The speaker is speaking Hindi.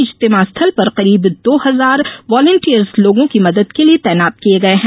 इज्तिमा स्थल पर करीब दो हजार वालेन्टियर लोगों की मदद के लिए तैनात किये गये हैं